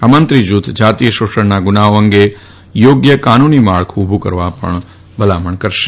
આ મંત્રી જૂથ જાતીય શાવણના ગુનાઓ અંગે થાણ્ય કાનૂની માળખું ઉભું કરવા ભલામણ કરશે